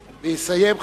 ויסיים,